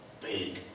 big